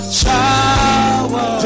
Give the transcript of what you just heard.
shower